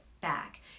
back